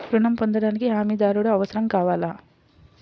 ఋణం పొందటానికి హమీదారుడు అవసరం కావాలా?